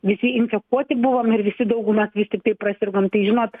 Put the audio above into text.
visi infekuoti buvom ir visi dauguma vis tiktai prasirgom tai žinot